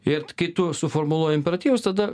ir kai tu suformuluoji imperatyvus tada